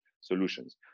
solutions